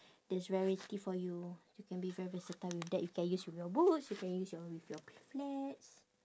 there's variety for you you can be very versatile with that you can use with your boots you can use your with your flats